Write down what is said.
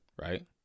right